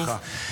בשמחה.